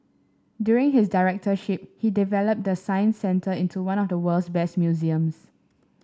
during his directorship he developed the Science Centre into one of the world's best museums